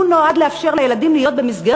הוא נועד לאפשר לילדים להיות במסגרת